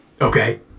Okay